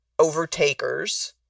overtakers